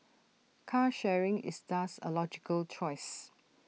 car sharing is thus A logical choice